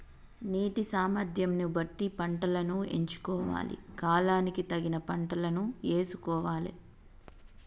నీటి సామర్థ్యం ను బట్టి పంటలను ఎంచుకోవాలి, కాలానికి తగిన పంటలను యేసుకోవాలె